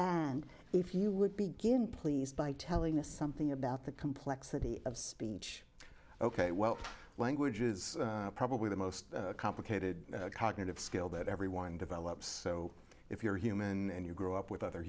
and if you would begin please by telling us something about the complexity of speech ok well language is probably the most complicated cognitive skill that everyone develops so if you're human and you grow up with other